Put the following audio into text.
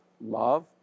Love